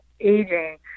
aging